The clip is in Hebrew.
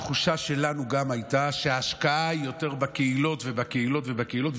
התחושה שלנו גם הייתה שההשקעה היא יותר בקהילות ובקהילות ובקהילות,